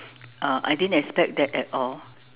uh I didn't expect that at all